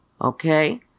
okay